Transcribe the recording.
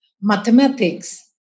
mathematics